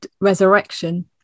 resurrection